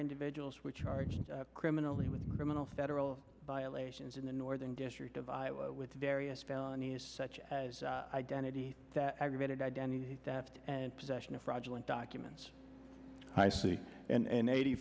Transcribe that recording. individuals which charged criminally with criminal federal violations in the northern district of iowa with various found is such an identity that aggravated identity theft and possession of fraudulent documents i see and eighty